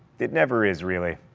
it never is, really.